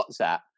WhatsApp